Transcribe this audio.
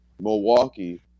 Milwaukee